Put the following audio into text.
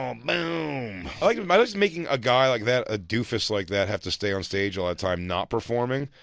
um bow, boom i like um i like making a guy like that, a doofus like that, have to stay on stage all the time not performing.